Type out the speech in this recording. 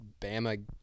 Bama